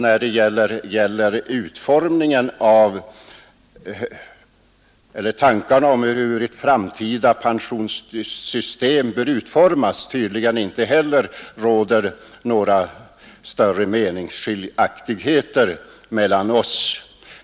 När det gäller tankarna om hur ett framtida pensionssystem bör utformas råder det tydligen heller inte några större meningsskiljaktigheter mellan oss.